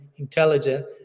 Intelligent